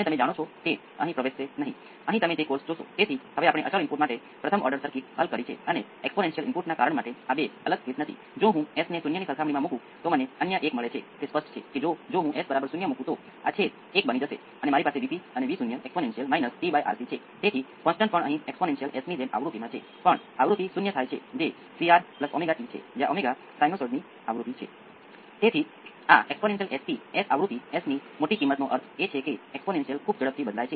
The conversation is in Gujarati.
સામાન્ય રીતે તે સૌથી સહેલું છે જે આપણે કરી શકીએ છીએ કે આ બે અહીં વધારે મહત્વ ધરાવતા નથી આ આખી વસ્તુ અમુક કોંસ્ટંટ A શૂન્ય exponential p r t cos p i t કોઈક ખૂણો phi છે